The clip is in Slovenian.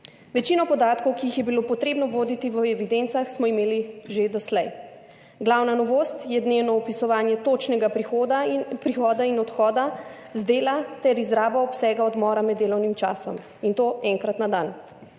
Večino podatkov, ki jih je bilo treba voditi v evidencah, smo imeli že doslej. Glavna novost je dnevno vpisovanje točnega prihoda in odhoda z dela ter izrabe obsega odmora med delovnim časom, in to enkrat na dan.